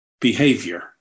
behavior